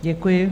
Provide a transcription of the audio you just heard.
Děkuji.